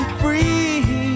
free